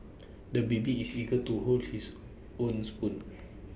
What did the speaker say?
the baby is eager to hold his own spoon